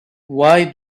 why